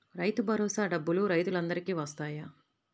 రైతు భరోసా డబ్బులు రైతులు అందరికి వస్తాయా?